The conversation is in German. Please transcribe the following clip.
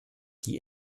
die